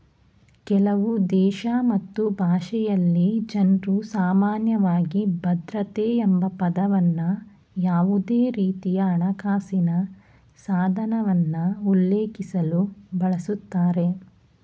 ಕೆಲವುದೇಶ ಮತ್ತು ಭಾಷೆಯಲ್ಲಿ ಜನ್ರುಸಾಮಾನ್ಯವಾಗಿ ಭದ್ರತೆ ಎಂಬಪದವನ್ನ ಯಾವುದೇರೀತಿಯಹಣಕಾಸಿನ ಸಾಧನವನ್ನ ಉಲ್ಲೇಖಿಸಲು ಬಳಸುತ್ತಾರೆ